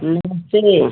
नमस्ते